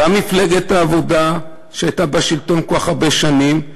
גם מפלגת העבודה שהייתה בשלטון כל כך הרבה שנים,